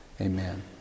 Amen